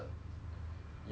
ya like